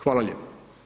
Hvala lijepo.